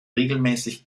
regelmäßig